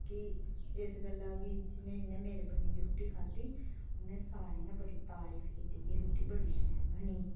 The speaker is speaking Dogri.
ते इस गल्ला की जि'नें जि'नें मेरी बनी दी रुट्टी खाद्धी ते उ'नें सारें गै तारीफ' कीती की रुट्टी बड़ी शैल बनी दी